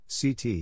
CT